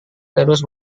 terus